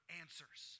answers